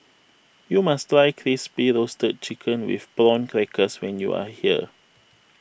you must try Crispy Roasted Chicken with Prawn Crackers when you are here